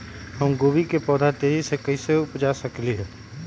हम गोभी के पौधा तेजी से कैसे उपजा सकली ह?